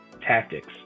tactics